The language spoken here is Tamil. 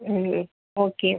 ம் ஓகே